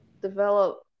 develop